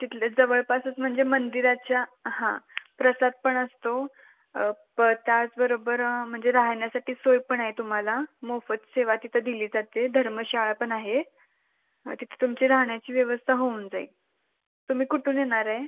तिथले जवळपासच म्हणजे मंदिराच्या हां प्रसाद पण असतो प त्याचबरोबर म्हणजे राहण्यासाठी सोयपण आहे तुम्हाला मोफत सेवा तिथं दिली जाते धर्मशाळापण आहे मग तिथं तुमची राहण्याची व्यवस्था होऊन जाईल तुम्ही कुठून येणार आहे